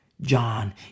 John